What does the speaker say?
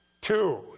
Two